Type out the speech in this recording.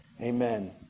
Amen